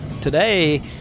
Today